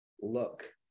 look